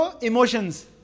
emotions